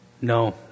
No